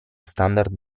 standard